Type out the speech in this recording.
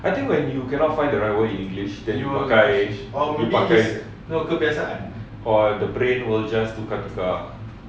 I think when you cannot find the right word in english then you will like or the brain will just tukar-tukar